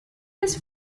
his